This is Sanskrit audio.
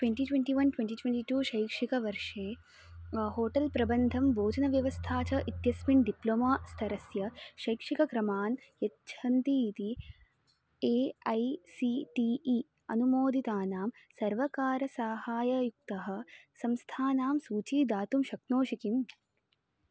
twenty twenty one twenty twenty two शैक्षिणिकवर्षे होटेल् प्रबन्धं भोजनव्यवस्था च इत्यस्मिन् डिप्लोमा स्थरस्य शैक्षिणिकक्रमान् यच्छन्ति इति A I C T E अनुमोदितानां सर्वकारसाहायुक्तः संस्थानां सूची दातुं शक्नोषि किम्